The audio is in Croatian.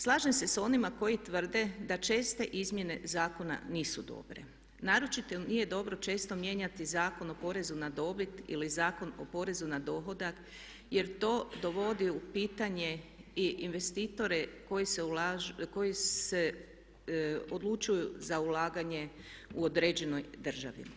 Slažem se s onima koji tvrde da česte izmjene zakona nisu dobre, naročito nije dobro često mijenjati Zakon o porezu na dobit ili Zakon o porezu na dohodak jer to dovodi u pitanje i investitore koji se odlučuju za ulaganje u određenoj državi.